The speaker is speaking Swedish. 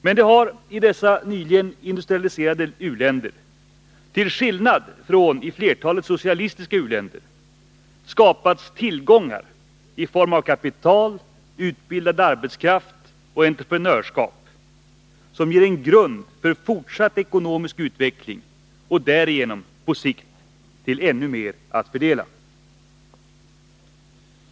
Men det har i dessa nyligen industrialiserade u-länder — till skillnad från i flertalet socialistiska u-länder — skapats tillgångar i form av kapital, utbildad arbetskraft och entreprenörskap som ger en grund för fortsatt ekonomisk utveckling och därigenom, på sikt, till ännu mer att fördela.